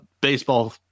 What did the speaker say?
baseball